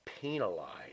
penalized